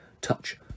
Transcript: Touch